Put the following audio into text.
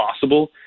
possible